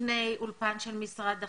לפני אולפן של משרד החינוך,